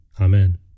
Amen